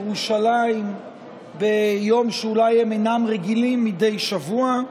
לירושלים ביום שבו אולי הם אינם רגילים לכך מדי שבוע,